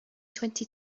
twenty